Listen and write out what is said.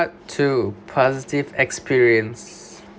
two positive experience